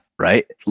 right